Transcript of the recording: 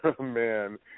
man